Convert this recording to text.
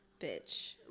Bitch